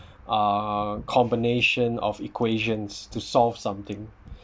a combination of equations to solve something